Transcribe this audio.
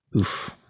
Oof